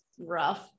rough